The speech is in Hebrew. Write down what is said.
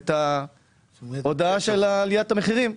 את ההודעה על עליית המחירים,